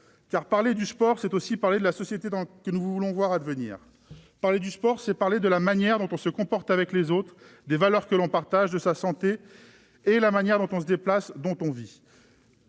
car parler du sport, c'est aussi parler de la société que nous voulons voir advenir, de la manière dont on se comporte avec les autres, des valeurs que l'on partage, de sa santé, de la manière dont on se déplace, dont on vit